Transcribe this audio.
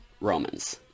Romans